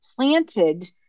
planted